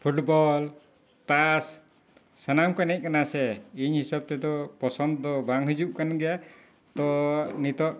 football ᱛᱟᱥ ᱥᱟᱱᱟᱢ ᱠᱚ ᱮᱱᱮᱡ ᱠᱟᱱᱟ ᱥᱮ ᱤᱧ ᱦᱤᱥᱟᱹᱵ ᱛᱮᱫᱚ ᱯᱚᱥᱚᱱ ᱫᱚ ᱵᱟᱝ ᱦᱤᱡᱩᱜ ᱠᱟᱱᱜᱮᱭᱟ ᱛᱚ ᱱᱤᱛᱳᱜ